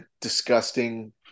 disgusting